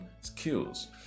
skills